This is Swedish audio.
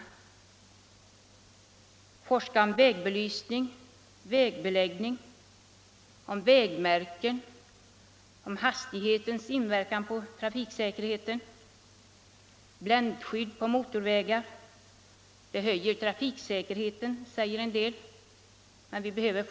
Mer forskning behövs om vägbelysning, vägbeläggning, vägmärken, hastighetens inverkan på trafiksäkerheten samt bländskydd på motorvägar, vilket en del säger höjer trafiksäkerheten.